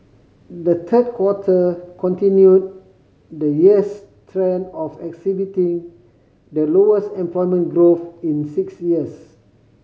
the third quarter continued the year's trend of exhibiting the lowest employment growth in six years